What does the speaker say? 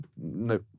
no